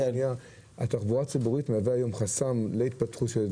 התחבורה הציבורית מהווה היום חסם להתפתחות,